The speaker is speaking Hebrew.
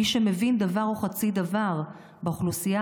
מי שמבין דבר וחצי דבר באוכלוסייה